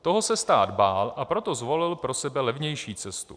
Toho se stát bál, a proto zvolil pro sebe levnější cestu.